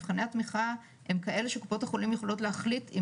מבחני התמיכה הם כאלה שקופות החולים יכולות להחליט אם